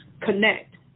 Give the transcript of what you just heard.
connect